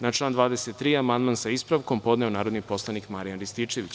Na član 23. amandman, sa ispravkom, podneo je narodni poslanik Marijan Rističević.